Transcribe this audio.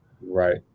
Right